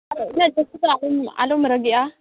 ᱩᱱᱟᱹᱜ ᱡᱟᱹᱥᱛᱤ ᱫᱚ ᱟᱞᱚᱢ ᱨᱟᱹᱜᱤᱜᱼᱟ